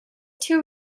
too